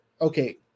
Okay